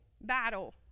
Battle